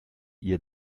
ihr